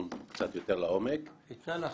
ומחוצה לה; "ספורטאי בוגר"